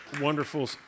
wonderful